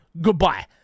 Goodbye